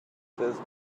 this